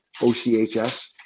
OCHS